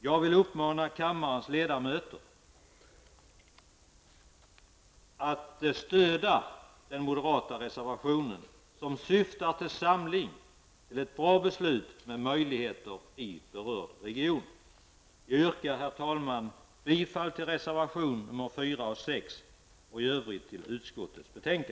Jag vill uppmana kammarens ledamöter att stödja den moderata reservationen, som syftar till samling för ett bra beslut som ger möjligheter i berörd region. Herr talman! Jag yrkar bifall till reservationerna 4